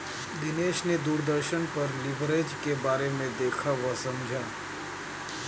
दिनेश ने दूरदर्शन पर लिवरेज के बारे में देखा वह समझा